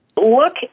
look